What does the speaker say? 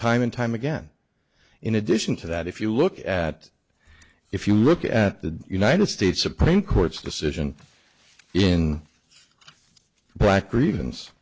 time and time again in addition to that if you look at if you look at the united states supreme court's decision in black